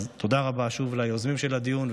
אז תודה רבה שוב ליוזמים של הדיון,